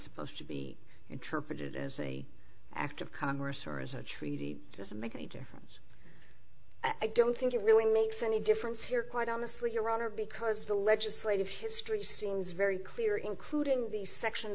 supposed to be interpreted as a act of congress or as a treaty doesn't make any difference i don't think it really makes any difference here quite honestly your honor because the legislative history seems very clear including the section